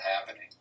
happening